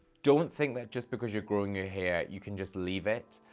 don't think that just because you're growing your hair you can just leave it.